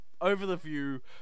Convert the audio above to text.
over-the-view